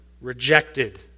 rejected